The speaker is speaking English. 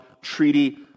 treaty